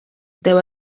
there